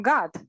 God